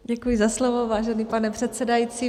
Děkuji za slovo, vážený pane předsedající.